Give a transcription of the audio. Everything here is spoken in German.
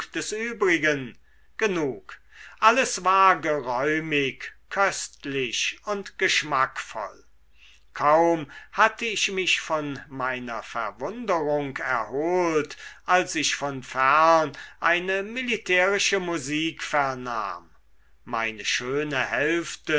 des übrigen genug alles war geräumig köstlich und geschmackvoll kaum hatte ich mich von meiner verwunderung erholt als ich von fern eine militärische musik vernahm meine schöne hälfte